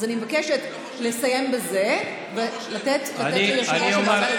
אז אני מבקשת לסיים בזה ולתת ליושב-ראש הוועדה לדבר.